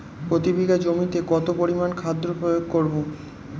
প্রতি বিঘা জমিতে কত পরিমান খাদ্য প্রয়োগ করব?